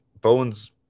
Bowen's